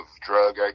drug